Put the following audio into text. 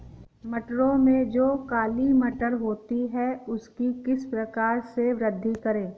मटरों में जो काली मटर होती है उसकी किस प्रकार से वृद्धि करें?